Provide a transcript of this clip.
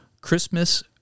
Christmas